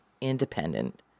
independent